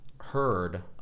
heard